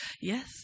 Yes